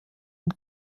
und